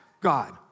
God